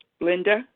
Linda